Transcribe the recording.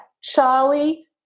Charlie